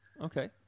Okay